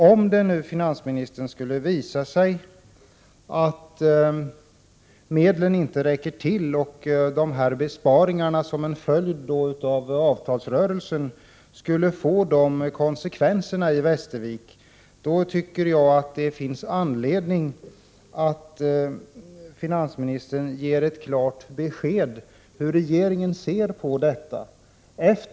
Om de av avtalsrörelsen föranledda besparingarna skulle leda till en nedläggning i Västervik, tycker jag att finansministern bör ge ett klart besked hur regeringen ser på detta.